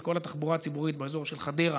את כל התחבורה הציבורית באזור של חדרה,